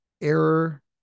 error